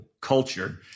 culture